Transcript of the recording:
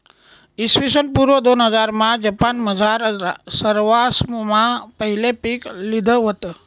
इसवीसन पूर्व दोनहजारमा जपानमझार सरवासमा पहिले पीक लिधं व्हतं